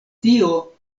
tio